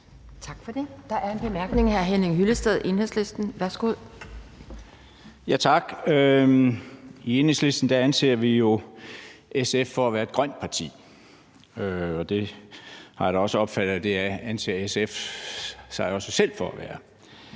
Tak for det. Der er en kort bemærkning fra hr. Henning Hyllested, Enhedslisten. Værsgo. Kl. 15:14 Henning Hyllested (EL): Tak. I Enhedslisten anser vi jo SF for at være et grønt parti, og jeg har da også opfattet det sådan, at det anser SF sig også selv for at være.